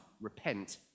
repent